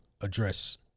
address